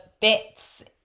bits